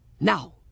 Now